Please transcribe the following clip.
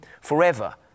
forever